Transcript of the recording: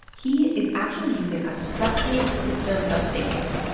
he is actually using a structured system of thinking.